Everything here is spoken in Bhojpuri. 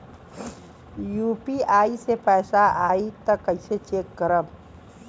यू.पी.आई से पैसा आई त कइसे चेक करब?